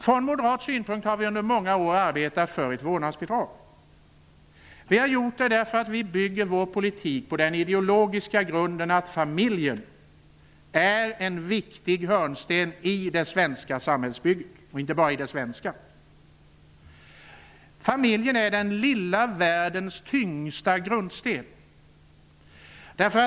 Från moderat sida har vi under många år arbetat för ett vårdnadsbidrag. Vi har gjort det därför att vi bygger vår politik på den ideologiska grunden att familjer är en viktig hörnsten i det svenska samhällsbygget, och inte bara i det svenska. Familjen är den lilla världens tyngsta grundsten.